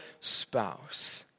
spouse